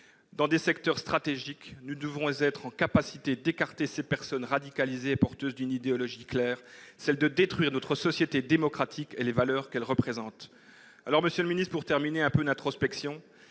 dans des secteurs stratégiques. Nous devons être capables d'écarter ces personnes radicalisées et porteuses d'une idéologie claire : détruire notre société démocratique et les valeurs qu'elle représente. Enfin, monsieur le ministre, je vous invite, pour terminer, à un peu d'introspection